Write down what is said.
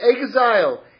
exile